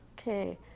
okay